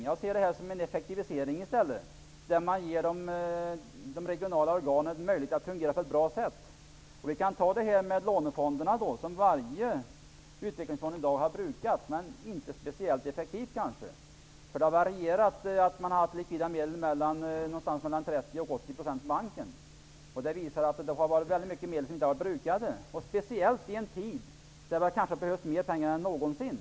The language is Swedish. Jag ser det här som en effektivisering. Man ger de regionala organen möjlighet att fungera på ett bra sätt. Vi kan titta på lånefonderna som varje utvecklingsfond hittills har brukat, men kanske inte speciellt effektivt. Man har haft likvida medel på mellan 30 och 80 % på banken. Väldigt mycket medel har alltså inte brukats, och det i en tid då det kanske behövts mer pengar än någonsin.